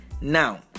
Now